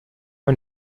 man